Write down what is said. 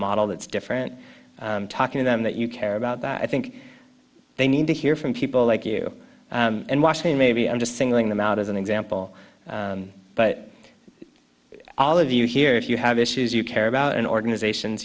model that's different talking to them that you care about that i think they need to hear from people like you in washington maybe i'm just singling them out as an example but all of you here if you have issues you care about and organizations